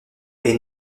est